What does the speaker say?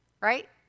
Right